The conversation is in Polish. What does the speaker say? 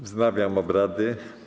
Wznawiam obrady.